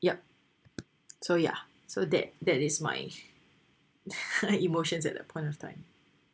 yup so yeah so that that is my emotions at that point of time